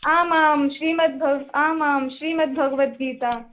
आम् आं श्रीमद्भग आम् आं श्रीमद्भगवद्गीता